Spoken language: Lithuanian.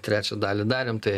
trečią dalį darėm tai